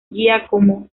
giacomo